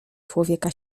człowieka